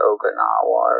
Okinawa